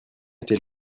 était